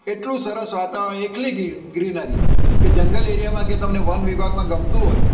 એટલું સરસ વાતાવરણ એકલી ગ્રીનરી કે જંગલ એરિયામાં કે તમને વન વિભાગમાં ગમતું હોય